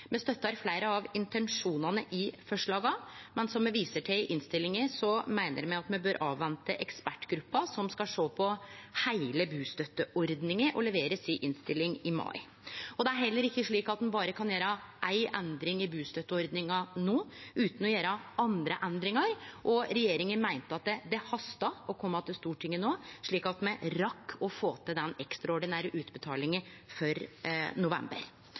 Me støttar fleire av intensjonane i forslaga, men som me viser til i innstillinga, meiner me at me bør vente på ekspertgruppa som skal sjå på heile bustøtteordninga og levere si innstilling i mai. Det er heller ikkje slik at ein berre kan gjere ei endring i bustøtteordninga no utan å gjere andre endringar, og regjeringa meinte at det hasta å kome til Stortinget no, slik at me rakk å få til den ekstraordinære utbetalinga for november.